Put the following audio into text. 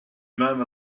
murmur